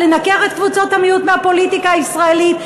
לנכר את קבוצות המיעוט מהפוליטיקה הישראלית?